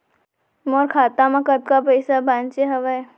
मोर खाता मा कतका पइसा बांचे हवय?